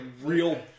real